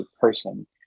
person